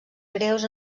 greus